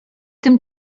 tym